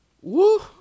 Woo